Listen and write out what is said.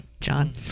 John